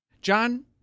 John